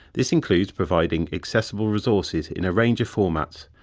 this includes providing accessible resources in a range of formats,